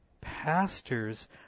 pastors